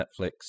Netflix